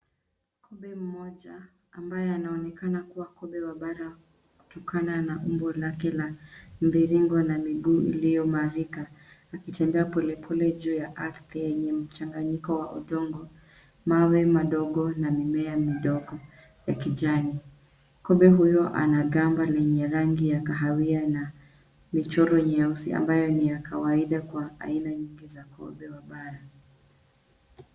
Kobe mmoja mbaye anaonekana kuwa kobe wa bara kutokana na umbo lake la mviringo la miguu iliomarika. Akitembea pole pole juu ya ardhi yenye mchanganyiko wa udongo ,mawe madogo na mimea midogo ya kijani. Kobe huyu ana gamba lenye rangi ya kahawia na michoro nyeusi ambayo ni ya kawaida kwa aina nyingi ya Kobe wa bara.